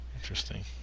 interesting